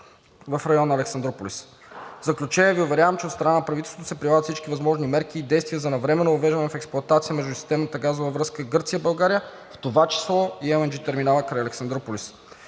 в района на Александруполис. В заключение Ви уверявам, че от страна на правителството се прилагат всички възможни мерки и действия за навременно въвеждане в експлоатация на междусистемната газова връзка Гърция – България, в това число LNG терминала край Александруполис.